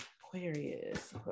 aquarius